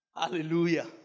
hallelujah